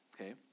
okay